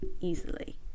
easily